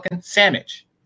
sandwich